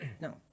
No